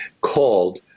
called